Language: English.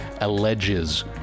alleges